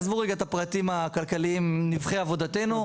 עזבו רגע את הפרטים הכלכליים נבחי עבודתנו,